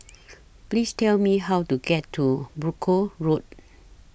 Please Tell Me How to get to Brooke Road